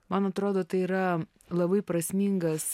man atrodo tai yra labai prasmingas